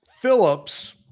Phillips